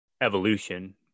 evolution